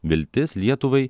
viltis lietuvai